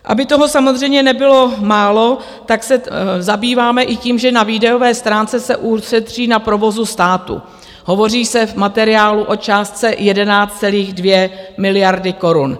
Aby toho samozřejmě nebylo málo, tak se zabýváme i tím, že na výdajové stránce se ušetří na provozu státu, hovoří se v materiálu o částce 11,2 miliardy korun.